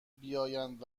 بیایند